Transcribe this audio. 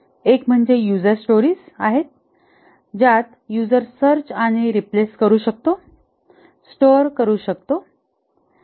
एक म्हणजे user stories आहे ज्यात यूजर सर्च आणि रिप्लेस करू शकतो स्टोअर करू शकतो